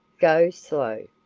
go slow!